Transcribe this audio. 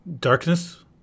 Darkness